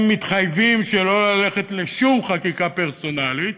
מתחייבים שלא ללכת לשום חקיקה פרסונלית,